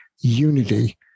unity